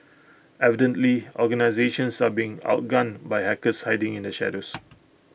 evidently organisations are being outgunned by hackers hiding in the shadows